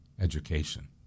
education